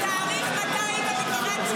אנחנו לא דואגים --- זו עוננות.